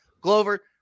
Glover